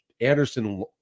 Anderson